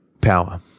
power